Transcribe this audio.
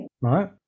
Right